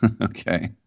Okay